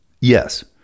Yes